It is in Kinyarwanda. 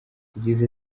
yagize